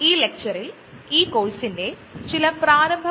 അത് നിങ്ങൾക് റഫറൻസ് ആയി ഉപയോഗിക്കാം